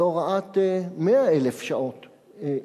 זו הוראת 100,000 שעות,